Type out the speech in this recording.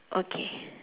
okay